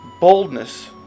boldness